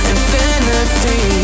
Infinity